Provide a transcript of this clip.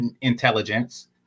intelligence